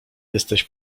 jesteś